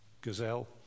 gazelle